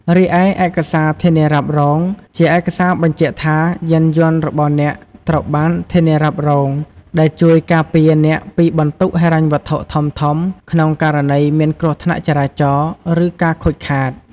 រីឯ ឯកសារធានារ៉ាប់រង ជាឯកសារបញ្ជាក់ថា យានយន្តរបស់អ្នកត្រូវបានធានារ៉ាប់រង ដែលជួយ ការពារអ្នកពីបន្ទុកហិរញ្ញវត្ថុធំៗ ក្នុងករណីមានគ្រោះថ្នាក់ចរាចរណ៍ ឬការខូចខាត។